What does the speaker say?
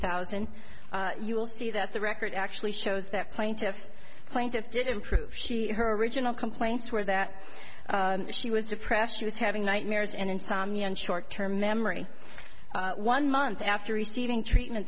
thousand you will see that the record actually shows that plaintiff plaintiff didn't prove she her original complaints were that she was depressed she was having nightmares and insomnia and short term memory one month after receiving treatment